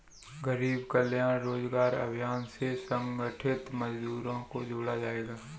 गरीब कल्याण रोजगार अभियान से असंगठित मजदूरों को जोड़ा जायेगा